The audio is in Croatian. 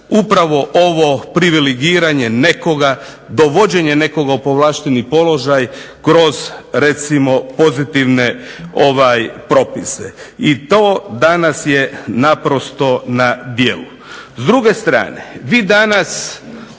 upravo ovo privilegiranje nekoga, dovođenje nekoga u povlašteni položaj kroz recimo pozitivne propise. I to danas je naprosto na djelu. S druge strane, vi danas